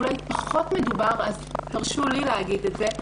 אולי זה פחות מדובר אז תרשו לי להגיד את זה,